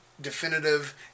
definitive